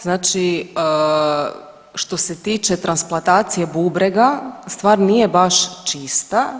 Znači što se tiče transplantacije bubrega stvar nije baš čista.